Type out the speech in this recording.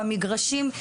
במגרשים.